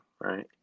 right